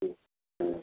ம் ம்